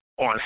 on